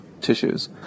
tissues